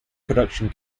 production